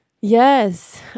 Yes